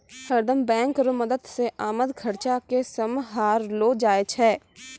हरदम बैंक रो मदद से आमद खर्चा के सम्हारलो जाय छै